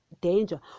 danger